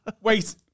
Wait